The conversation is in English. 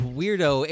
weirdo